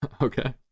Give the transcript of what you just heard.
Okay